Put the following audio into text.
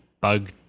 bug